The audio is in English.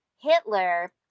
Hitler